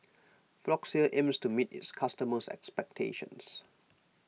Floxia aims to meet its customers' expectations